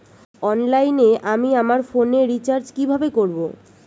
অনলাইনে আমি আমার ফোনে রিচার্জ কিভাবে করব?